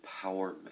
empowerment